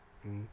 mmhmm